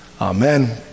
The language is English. Amen